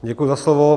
Děkuji za slovo.